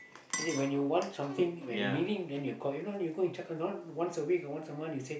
as in when you want something when you need it then you call if not you go and check on once a week or once a month you say